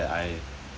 noob